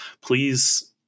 Please